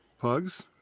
pugs